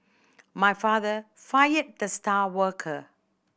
my father fired the star worker